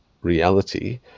reality